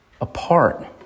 apart